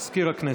מזכיר הכנסת.